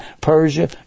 Persia